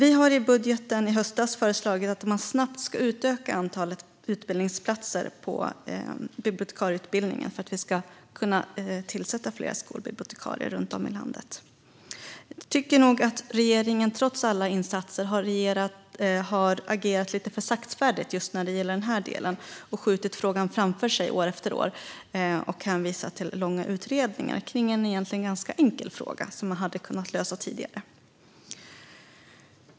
I vårt budgetförslag i höstas föreslog vi att man snabbt ska utöka antalet utbildningsplatser på bibliotekarieutbildningen så att man kan tillsätta fler skolbibliotekarier runt om i landet. Jag tycker nog att regeringen trots alla insatser har agerat lite för saktfärdigt just när det gäller den här delen. Den har skjutit frågan framför sig år efter år och hänvisat till långa utredningar kring en egentligen ganska enkel fråga som hade kunnat lösas tidigare.